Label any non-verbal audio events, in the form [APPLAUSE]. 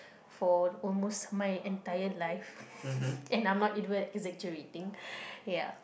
for almost my entire life [LAUGHS] and I'm not even exaggerating ya